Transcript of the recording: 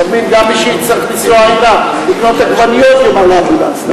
לפעמים גם למי שיצטרך לנסוע לקנות עגבניות יממנו אמבולנסים.